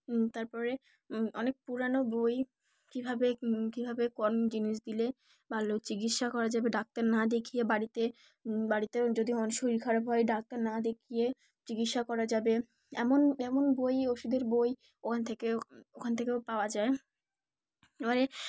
ম তারপরে অনেক পুরনো বই কিভাবে কিভাবে কম জিনিস দিলে ভালো চিকিৎসা করা যাবে ডাক্তার না দেখিয়ে বাড়িতে বাড়িতে যদি শরীর খারাপ হয় ডাক্তার না দেখিয়ে চিকিৎসা করা যাবে এমন এমন বই ওষুধের বই ওখান থেকে ওখান থেকেও পাওয়া যায় তারে